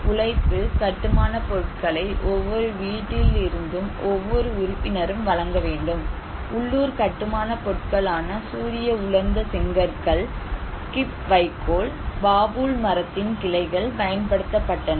உழைப்பு கட்டுமானப் பொருட்களை ஒவ்வொரு வீட்டிலிருந்தும் ஒவ்வொரு உறுப்பினரும் வழங்க வேண்டும் உள்ளூர் கட்டுமானப் பொருட்களான சூரிய உலர்ந்த செங்கற்கள் கிப் வைக்கோல் பாபூல் மரத்தின் கிளைகள் பயன்படுத்தப்பட்டன